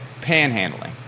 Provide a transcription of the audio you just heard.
panhandling